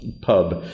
pub